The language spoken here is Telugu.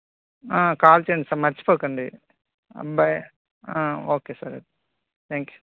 కాల్ చెయ్యండి సార్ మర్చిపోకండి బాయ్ ఓకే సార్ అయితే థ్యాంక్యూ